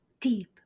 deep